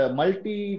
multi